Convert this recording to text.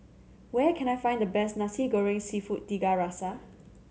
where can I find the best Nasi Goreng Seafood Tiga Rasa